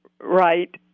right